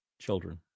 children